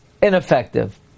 Ineffective